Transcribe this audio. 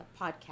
podcast